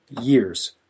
years